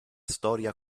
storia